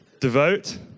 Devote